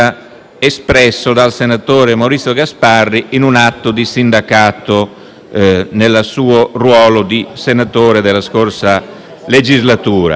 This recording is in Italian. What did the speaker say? espresso dal senatore Maurizio Gasparri in un atto di sindacato nel suo ruolo di senatore della scorsa legislatura.